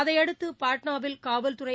அதையடுத்து பாட்னாவில் காவல்துறை